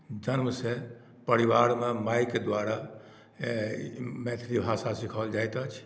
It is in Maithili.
जन्मसँ परिवारमे मायके द्वारा मैथिली भाषा सिखाओल जाइत अछि